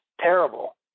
terrible